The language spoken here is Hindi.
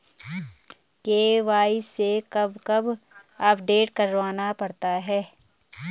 के.वाई.सी कब कब अपडेट करवाना पड़ता है?